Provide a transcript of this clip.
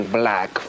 black